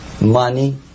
money